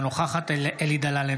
אינה נוכחת אלי דלל,